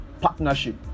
partnership